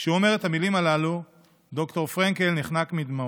כשהוא אומר את המילים הללו ד"ר פרנקל נחנק מדמעות.